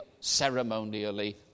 ceremonially